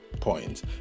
point